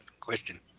question